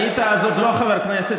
עוד לא היית אז חבר כנסת,